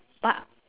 but